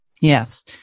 Yes